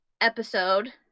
episode